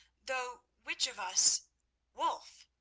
though which of us wulf!